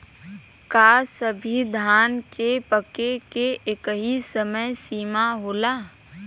का सभी धान के पके के एकही समय सीमा होला?